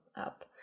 up